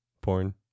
Porn